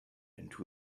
into